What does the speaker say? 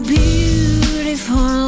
beautiful